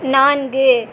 நான்கு